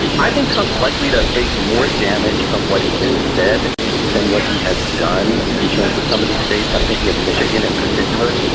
i think trump is likely to face more damage from what he has said than what he has done in terms of some of these states. i'm thinking of michigan in particular.